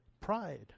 pride